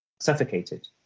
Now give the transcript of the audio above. suffocated